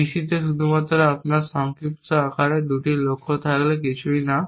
BC তে শুধুমাত্র আপনার সংক্ষিপ্ত আকারে 2টি লক্ষ্য থাকলে কিছুই না